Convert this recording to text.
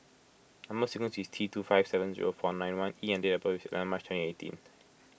Number Sequence is T two five seven zero four nine one E and date of birth is eleven March twenty eighteen